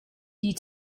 die